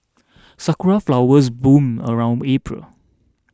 sakura flowers bloom around April